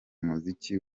muziki